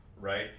right